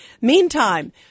Meantime